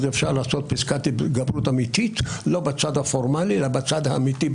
אפשר לעשות פסקת התגברות אמיתית לא בצד הפורמלי אלא בצד האמיתי,